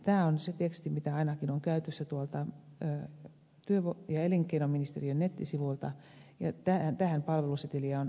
tämä on se teksti mikä on löytyy ainakin työ ja elinkeinoministeriön nettisivuilta ja tähän palveluseteliä on enimmäkseen käytetty